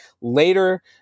later